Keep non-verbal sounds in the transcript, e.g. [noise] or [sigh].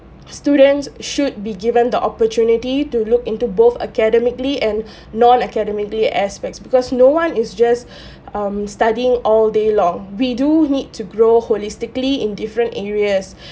students should be given the opportunity to look into both academically and [breath] non academically aspects because no one is just [breath] um studying all day long we do need to grow holistically in different areas